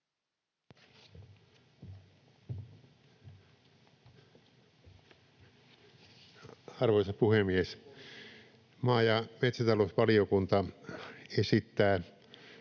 Arvoisa puhemies! Maa‑ ja metsätalousvaliokunta esittää